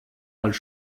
als